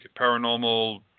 paranormal